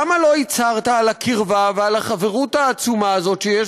למה לא הצהרת על הקרבה ועל החברות העצומה הזאת שיש